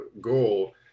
goal